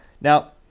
Now